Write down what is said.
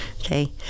okay